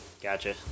Gotcha